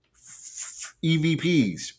EVPs